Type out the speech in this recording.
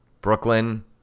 brooklyn